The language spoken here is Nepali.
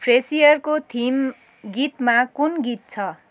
फ्रेसियरको थिम गीतमा कुन गीत छ